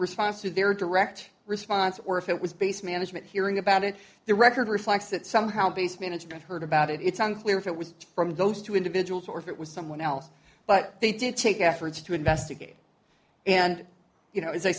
response to their direct response or if it was based management hearing about it their record reflects that somehow based management heard about it it's unclear if it was from those two individuals or if it was someone else but they did take efforts to investigate and you know as i